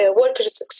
workers